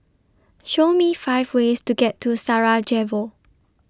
Show Me five ways to get to Sarajevo